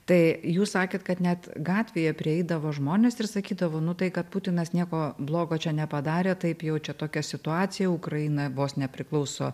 tai jūs sakėt kad net gatvėje prieidavo žmonės ir sakydavo nu tai kad putinas nieko blogo čia nepadarė taip jau čia tokia situacija ukraina vos ne priklauso